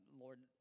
Lord